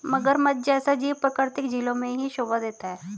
मगरमच्छ जैसा जीव प्राकृतिक झीलों में ही शोभा देता है